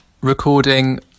recording